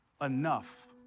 enough